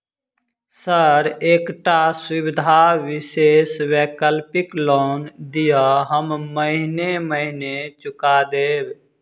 Sir एकटा सुविधा विशेष वैकल्पिक लोन दिऽ हम महीने महीने चुका देब?